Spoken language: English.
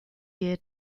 year